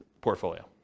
portfolio